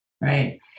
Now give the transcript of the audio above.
Right